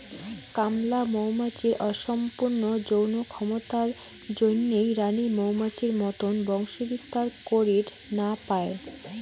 কামলা মৌমাছির অসম্পূর্ণ যৌন ক্ষমতার জইন্যে রাণী মৌমাছির মতন বংশবিস্তার করির না পায়